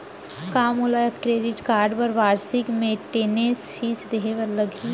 का मोला credit card बर वार्षिक मेंटेनेंस फीस देहे बर लागही?